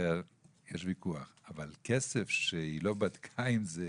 שחסר יש ויכוח, אבל כסף שהיא לא בדקה אם זה